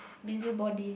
busybody